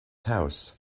house